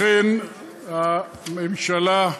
לכן הממשלה,